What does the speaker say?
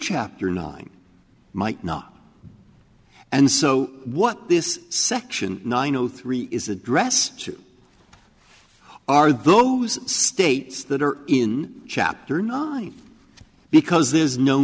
chapter nine might not and so what this section nine zero three is address to are those states that are in chapter nine because there's no